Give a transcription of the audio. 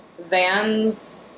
Vans